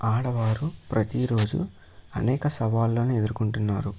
ఆడవారు ప్రతీ రోజు అనేక సవాళ్ళను ఎదుర్కొంటున్నారు